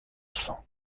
cents